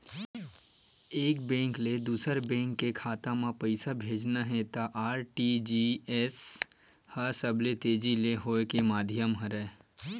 एक बेंक ले दूसर बेंक के खाता म पइसा भेजना हे त आर.टी.जी.एस ह सबले तेजी ले होए के माधियम हरय